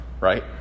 right